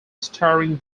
starring